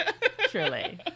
Truly